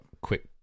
quick